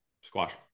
squash